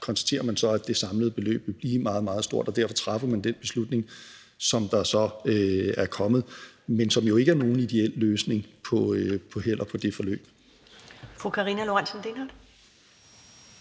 konstaterede man så, at det samlede beløb ville blive meget, meget stort, og derfor traf man den beslutning, som man gjorde, men som jo ikke er nogen ideel løsning på det forløb.